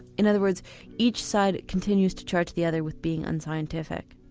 in other words each side continues to charge the other with being unscientific.